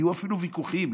היו אפילו ויכוחים,